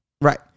Right